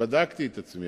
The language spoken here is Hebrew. בדקתי את עצמי,